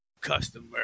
customer